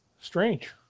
Strange